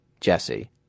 Jesse